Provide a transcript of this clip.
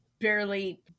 barely